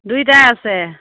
দুইটাই আছে